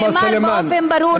שנאמר באופן ברור שזאת אחריות,